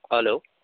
hello